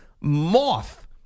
moth